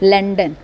London